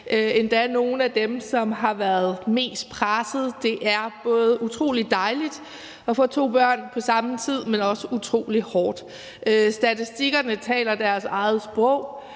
endda nogle af dem, som har været mest pressede. Det er både utrolig dejligt at få to børn på samme tid, men også utrolig hårdt. Statistikkerne taler deres eget sprog: